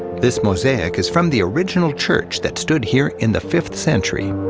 this mosaic is from the original church that stood here in the fifth century.